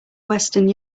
western